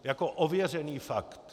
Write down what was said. Jako ověřený fakt!